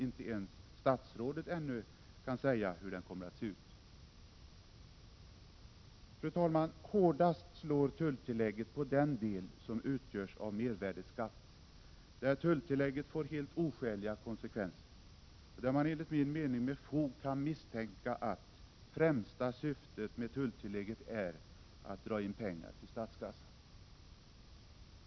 Inte ens statsrådet kan ännu säga hur denna procedur kommer att utformas. Fru talman! Hårdast slår tulltillägget på den del som utgörs av mervärdeskatt, där tulltillägget får helt oskäliga konskvenser och där man enligt min mening med fog kan misstänka att främsta syftet med tulltillägget är att dra in pengar till statskassan.